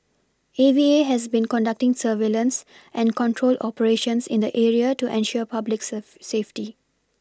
A V A has been conducting surveillance and control operations in the area to ensure public serve safety